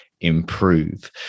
improve